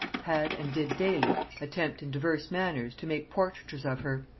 had and did daily attempt in divers manners to make portraitures of her,